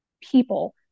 People